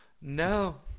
No